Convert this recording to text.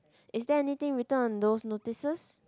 is there anything written on those notices